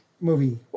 movie